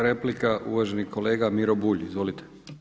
Replika uvaženi kolega Miro Bulj, izvolite.